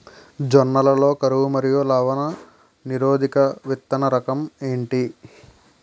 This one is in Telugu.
జొన్న లలో కరువు మరియు లవణ నిరోధక విత్తన రకం ఏంటి?